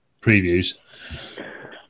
previews